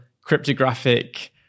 cryptographic